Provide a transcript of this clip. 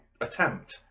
attempt